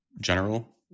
general